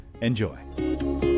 Enjoy